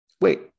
Wait